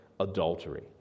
adultery